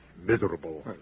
miserable